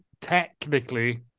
technically